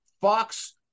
Fox